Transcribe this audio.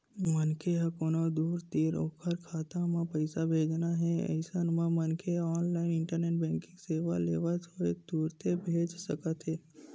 मनखे ल कोनो दूसर तीर ओखर खाता म पइसा भेजना हे अइसन म मनखे ह ऑनलाइन इंटरनेट बेंकिंग सेवा लेवत होय तुरते भेज सकत हे